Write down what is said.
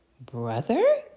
brother